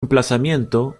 emplazamiento